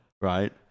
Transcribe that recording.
right